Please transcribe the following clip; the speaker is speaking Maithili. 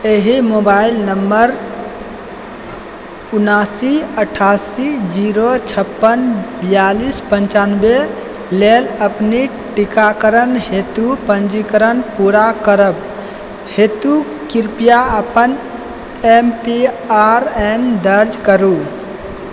एहि मोबाइल नम्बर उनासी अठासी जीरो छप्पन बियालिस पञ्चानबे लेल अपन टीकाकरण हेतु पञ्जीकरण पूरा करबाक हेतु कृपया अपन एम पी आइ एन दर्ज करू